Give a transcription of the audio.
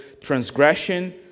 transgression